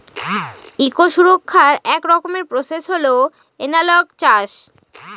eco সুরক্ষার এক রকমের প্রসেস হল এনালগ চাষ